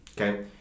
Okay